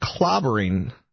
clobbering